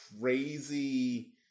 crazy